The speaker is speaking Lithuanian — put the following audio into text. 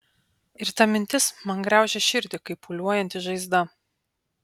ir ta mintis man graužia širdį kaip pūliuojanti žaizda